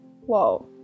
whoa